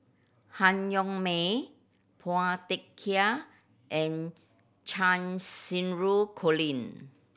Han Yong May Phua Thin Kiay and Cheng Xinru Colin